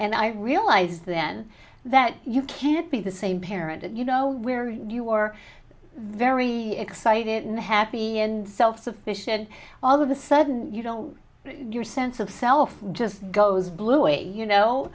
and i realize then that you can't be the same parent that you know where you were very excited and happy and self sufficient and all of a sudden you don't your sense of self just goes blooey you know